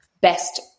best